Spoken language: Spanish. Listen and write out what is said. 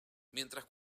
mientras